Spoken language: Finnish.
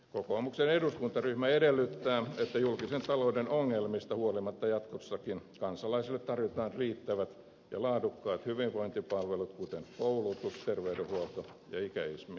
kokoomuksen eduskuntaryhmä edellyttää että julkisen talouden ongelmista huolimatta jatkossakin kansalaisille tarjotaan riittävät ja laadukkaat hyvinvointipalvelut kuten koulutus terveydenhuolto ja ikäihmisten hoiva